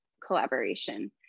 collaboration